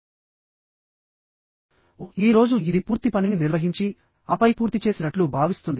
ఓహ్ ఈ రోజు ఇది పూర్తి పనిని నిర్వహించి ఆపై పూర్తి చేసినట్లు భావిస్తుంది